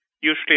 Usually